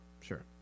sure